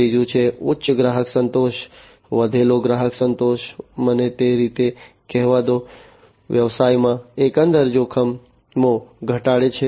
ત્રીજું છે ઉચ્ચ ગ્રાહક સંતોષ વધેલો ગ્રાહક સંતોષ મને તે રીતે કહેવા દો વ્યવસાયમાં એકંદર જોખમો ઘટાડે છે